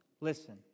listen